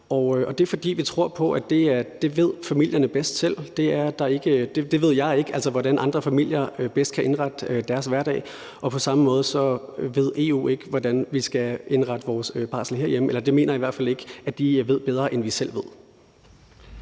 det er, fordi vi tror på, at det ved familierne bedst selv. Det ved jeg ikke, altså hvordan andre familier bedst kan indrette deres hverdag. Og på samme måde ved EU ikke, hvordan vi skal indrette vores barsel herhjemme. Eller det mener jeg i hvert fald ikke at de ved bedre, end vi selv ved.